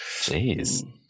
jeez